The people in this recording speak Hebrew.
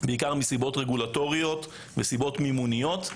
בעיקר מסיבות רגולטוריות ומסיבות מימוניות.